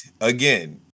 again